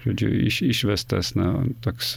žodžiu iš išvestas na toks